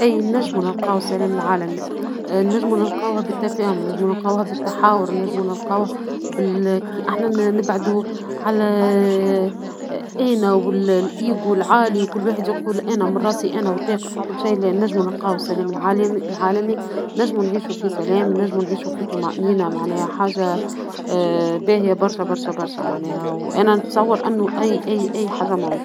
أي نچم نلقاوه السلام العالمي، آآ النچم نلقاوه بالتفاهم نچم نلقاوه بالتحاور نچم نلقاوه بال كي إحنا نبعدو على أنا والأيجو العالي وكل واحد يقول انا من راسي أنا وتايقة في كل شيء نچمو نلقاوه السلام العالمي نچمو نعيشو في سلام نچمو نعيشو في طمأنينة معناها حاجة آآ باهية برشا-برشا-برشا معناها وأنا نتشاور انو أي-أي-أي حاچة مو.